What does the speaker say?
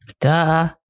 Duh